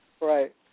Right